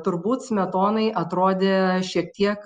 turbūt smetonai atrodė šiek tiek